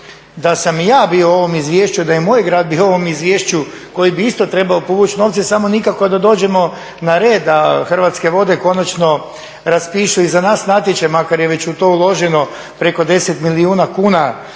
da sam i ja bio u ovom izvješću, da je moj grad bio u ovom izvješću koji bi isto trebao povući novce, samo nikako da dođemo na red, da Hrvatske vode konačno raspišu i za nas natječaj makar je već u to uloženo preko 10 milijuna kuna